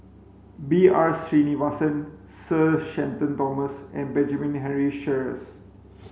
B R Sreenivasan Sir Shenton Thomas and Benjamin Henry Sheares